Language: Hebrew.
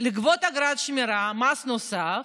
לגבות אגרת שמירה, מס נוסף.